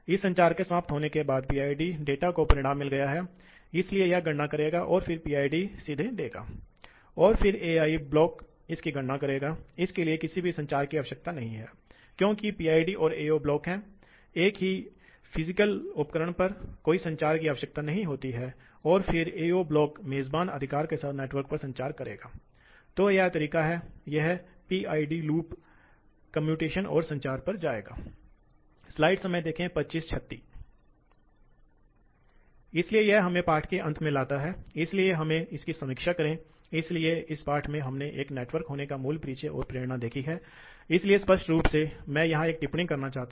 तो केवल एक चीज यह है कि पंप के मामले में एक है कभी कभी एक स्थिर सिर के साथ पंप संचालित होता है इसलिए यदि आपके पास स्थिर हेड है तो लोड की विशेषता हो सकती है यह बिना स्थिर सिर के साथ एक है जहां P KQ2 प्रकार की विशेषता लेकिन एक पंप स्थिर सिर के साथ भी काम कर सकता है जहां विशेषता P k1xQ2 k2 है इसलिए यह k2 स्थिर दबाव है जो पंप इनलेट पर है कभी कभी पंप ऊंचा हो सकता है तो आप इसे जानते हैं इस तरह के एक मामले में यह है यह एक है उदाहरण के लिए लोड पंप नीचे हो सकता है और लोड एक ऊर्ध्वाधर ऊंचाई पर हो सकता है